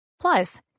plus